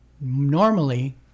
Normally